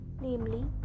namely